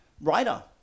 writer